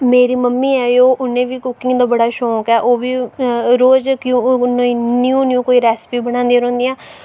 ते मेरी मम्मी ऐ उ'नेंगी बी कुकिंग दा बड़ा शौक ऐ रोज़ कोई न्यू न्यू रेसिपी बनांदी रौंह्दी